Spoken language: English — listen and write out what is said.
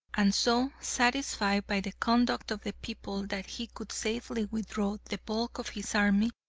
and so, satisfied by the conduct of the people that he could safely withdraw the bulk of his army,